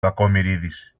κακομοιρίδης